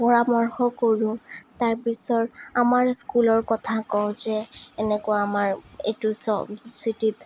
পৰামৰ্শ কৰোঁ তাৰপিছৰ আমাৰ স্কুলৰ কথা কওঁ যে এনেকুৱা আমাৰ এইটো চব চিটিত